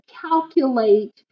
calculate